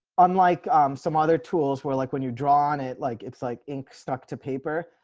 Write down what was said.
unlike some other tools were like when you draw on it like it's like instructor paper.